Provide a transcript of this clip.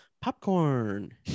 popcorn